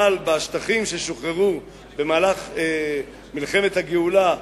אבל בשטחים ששוחררו במהלך מלחמת הגאולה,